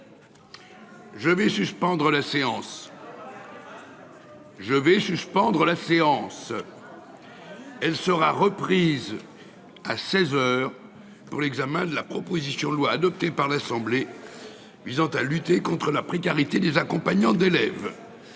Je vais suspendre la séance. Elle sera reprise. À 16h, pour l'examen de la proposition de loi adoptée par l'Assemblée. Visant à lutter contre la précarité des accompagnants d'élèves.